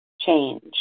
change